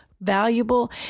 valuable